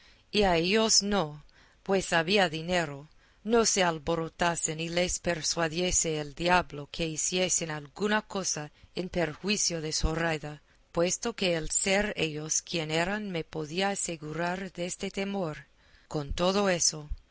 a ellos no pues había dinero no se alborotasen y les persuadiese el diablo que hiciesen alguna cosa en perjuicio de zoraida que puesto que el ser ellos quien eran me podía asegurar deste temor con todo eso